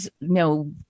no